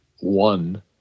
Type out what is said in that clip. one